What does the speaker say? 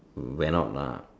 went out lah